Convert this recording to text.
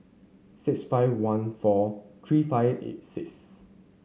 six five one four three five eight six